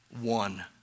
one